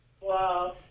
wow